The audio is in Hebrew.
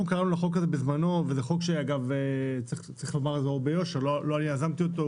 זה לא חוק שאני יזמתי אותו,